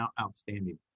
outstanding